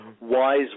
wise